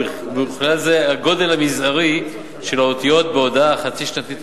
ובכלל זה הגודל המזערי של האותיות בהודעה החצי-שנתית